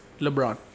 LeBron